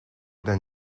than